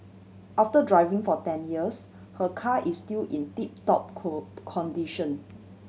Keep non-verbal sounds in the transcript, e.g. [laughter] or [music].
after driving for ten years her car is still in tip top [unintelligible] condition